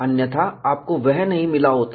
अन्यथा आपको वह नहीं मिला होता